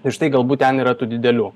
ir štai galbūt ten yra tų didelių